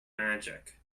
magic